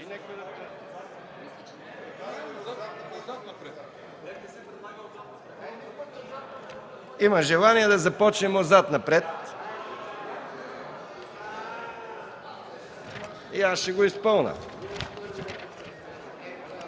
Има желание да започнем отзад-напред и аз ще го изпълня.